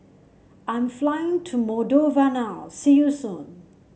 I'm flying to Moldova now see you soon